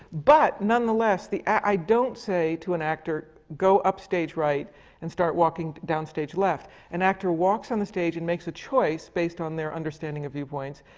but nonetheless, i don't say to an actor, go upstage right and start walking downstage left. an actor walks on the stage and makes a choice, based on their understanding of viewpoints,